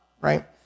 right